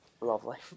Lovely